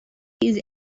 his